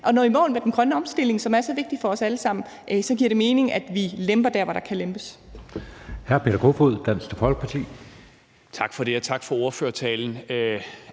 at nå i mål med den grønne omstilling, som er så vigtig for os alle sammen, så giver det mening, at vi lemper der, hvor der kan lempes.